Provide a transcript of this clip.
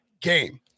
game